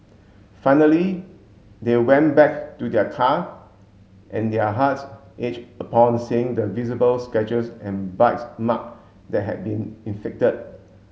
finally they went back to their car and their hearts upon seeing the visible scratches and bites mark that had been inflicted